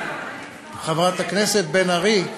חברת הכנסת בן ארי,